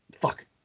Fuck